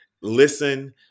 Listen